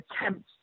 attempts